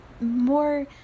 more